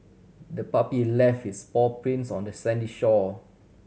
the puppy left its paw prints on the sandy shore